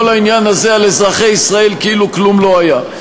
העניין הזה על אזרחי ישראל כאילו כלום לא היה.